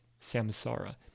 samsara